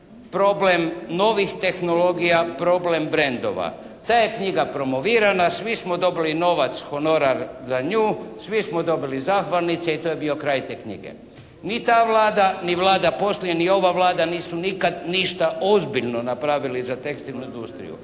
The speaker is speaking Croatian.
problem novih tehnologija, problem brandova. Ta je knjiga promovirana, svi smo dobili novac, honorar za nju, svi smo dobili zahvalnice i to je bio kraj te knjige. Ni ta Vlada ni Vlada poslije ni ova Vlada nisu nikad ništa ozbiljno napravili za tekstilu industriju.